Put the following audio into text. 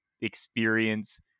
experience